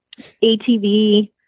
ATV